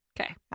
okay